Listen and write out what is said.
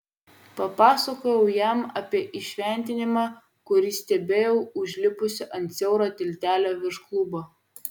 papasakojau jam apie įšventinimą kurį stebėjau užsilipusi ant siauro tiltelio virš klubo